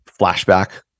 flashback